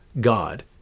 God